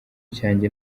cyanjye